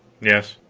yes,